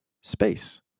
space